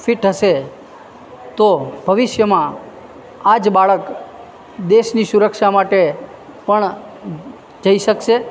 fit હશે તો ભવિષ્યમાં આજ બાળક દેશની સુરક્ષા માટે પણ જઈ શકશે